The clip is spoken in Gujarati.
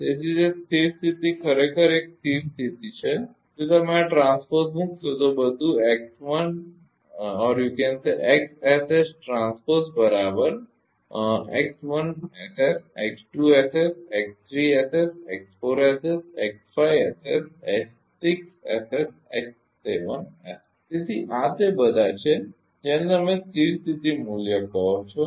તેથી તે સ્થિર સ્થિતિ ખરેખર એક સ્થિર સ્થિતિ છે જો તમે આ ટ્રાન્સપોઝ મૂકશો તો આ બધું હશે તેથી આ તે બધા છે જેને તમે સ્થિર સ્થિતી મૂલ્ય કહો છો